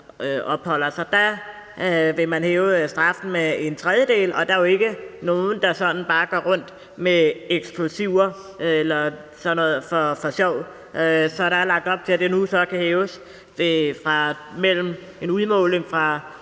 eller opholder sig. Der vil man hæve straffen med en tredjedel, og der er jo ikke nogen, der sådan bare går rundt med eksplosiver eller sådan noget for sjov. Så der er lagt op til, at det nu så kan hæves fra en udmåling på